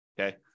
Okay